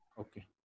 Okay